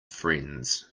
friends